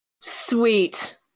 Sweet